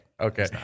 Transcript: okay